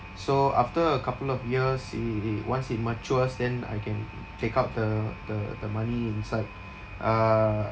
so after a couple of years i~ i~ i~ once it matures then I can take out the the the money inside err